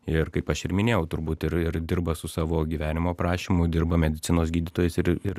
ir kaip aš ir minėjau turbūt ir ir dirba su savo gyvenimo aprašymu dirba medicinos gydytojais ir ir